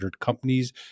companies